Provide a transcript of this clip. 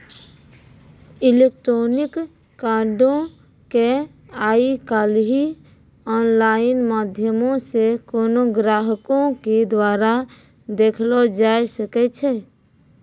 electronic कार्डो के आइ काल्हि आनलाइन माध्यमो से कोनो ग्राहको के द्वारा देखलो जाय सकै छै